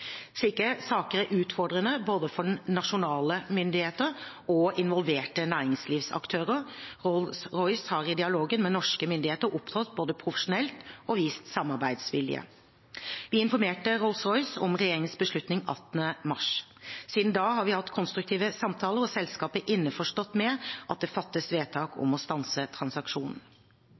Slike saker er utfordrende for både nasjonale myndigheter og involverte næringslivsaktører. Rolls-Royce har i dialogen med norske myndigheter både opptrådt profesjonelt og vist samarbeidsvilje. Vi informerte Rolls-Royce om regjeringens beslutning 18. mars. Siden da har vi hatt konstruktive samtaler, og selskapet er innforstått med at det fattes vedtak om å stanse transaksjonen.